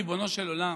ריבונו של עולם?